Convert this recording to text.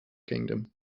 kingdom